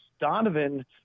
Donovan